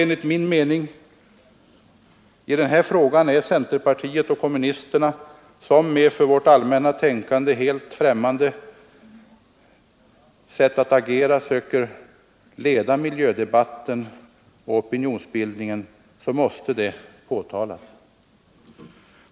Enligt min mening är det centerpartiet och kommunisterna som med ett för vårt allmänna tänkande helt främmande sätt att agera söker leda miljödebatten och opinionsbildningen, och därför måste detta påtalas.